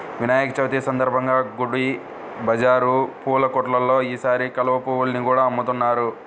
వినాయక చవితి సందర్భంగా గుడి బజారు పూల కొట్టుల్లో ఈసారి కలువ పువ్వుల్ని కూడా అమ్ముతున్నారు